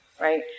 right